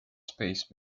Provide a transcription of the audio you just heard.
space